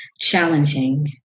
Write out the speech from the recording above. challenging